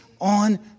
on